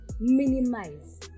Minimize